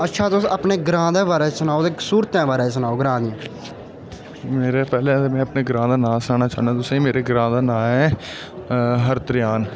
अच्छा तुस अपने ग्रांऽ दे बारे च सनाओ ते स्हूलतें बारे सनाओ ग्रांऽ दियां मेरे पैह्लें ते में अपने ग्रांऽ दा नांऽ सनाना चाह्न्नां तुसें ई मेरे ग्रांऽ दा नांऽ ऐ हरतेयाल